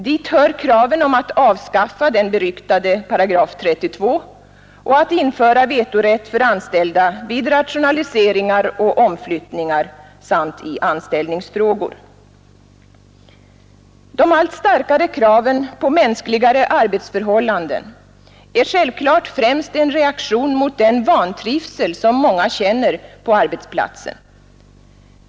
Dit hör kraven på att avskaffa den beryktade paragraf 32 och att införa vetorätt för anställda vid rationaliseringar och omflyttningar samt i anställningsfrågor. De allt starkare kraven på mänskligare arbetsförhållanden är självklart främst en reaktion mot den vantrivsel som många känner på arbetsplatsen.